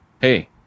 hey